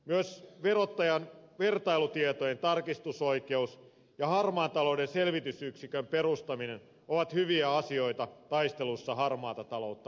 myös verottajan vertailutietojen tarkastusoikeus ja harmaan talouden selvitysyksikön perustaminen ovat hyviä asioita taistelussa harmaata taloutta vastaan